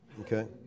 okay